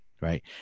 right